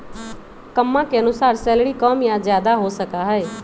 कम्मा के अनुसार सैलरी कम या ज्यादा हो सका हई